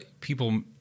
people